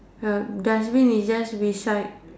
the dustbin is just beside